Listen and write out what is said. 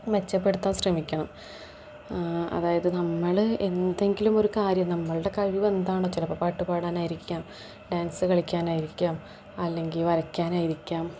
മെച്ചപ്പെടുത്താൻ ശ്രമിക്കണം അതായത് നമ്മൾ എന്തെങ്കിലും ഒരു കാര്യം നമ്മളുടെ കഴിവ് എന്താണോ ചിലപ്പോൾ പാട്ടു പാടാനായിരിക്കാം ഡാൻസ് കളിക്കാനായിരിക്കാം അല്ലെങ്കിൽ വരയ്ക്കാനായിരിക്കാം